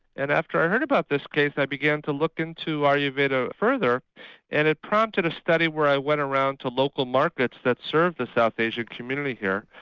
and after i heard about this case i began to look into ayurveda further and it prompted a study where i went around to local markets that served the south asian community here,